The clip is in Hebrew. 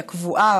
הקבועה,